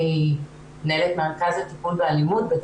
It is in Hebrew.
אני מנהלת מרכז טיפול באלימות בחולון